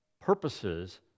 purposes